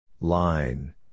Line